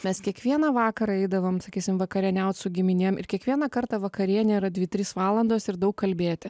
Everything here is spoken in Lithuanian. mes kiekvieną vakarą eidavom sakysim vakarieniaut su giminėm ir kiekvieną kartą vakarienė yra dvi trys valandos ir daug kalbėti